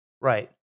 Right